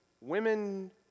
women